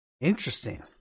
Interesting